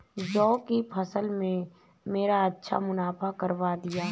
जौ की फसल ने मेरा अच्छा मुनाफा करवा दिया